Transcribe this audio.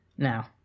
Now